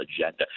agenda